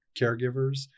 caregivers